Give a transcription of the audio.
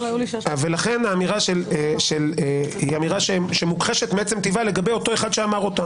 לכן האמירה היא אמירה שמוכחשת מעצם טיבה לגבי אותו אחד שאמר אותה.